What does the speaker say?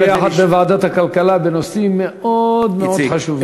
יחד בוועדת הכלכלה על נושאים מאוד מאוד חשובים.